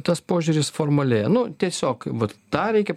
tas požiūris formalėja nu tiesiog vat tą reikia